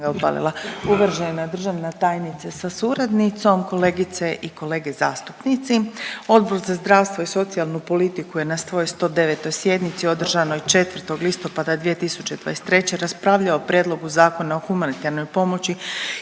Uvažena državna tajnice sa suradnicom, kolegice i kolege zastupnici, Odbor za zdravstvo i socijalnu politiku je na svojoj 109. sjednici održanoj 4. listopada 2023. raspravljao o Prijedlogu Zakona o humanitarnoj pomoći,